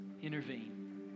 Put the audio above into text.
intervene